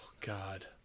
god